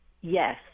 yes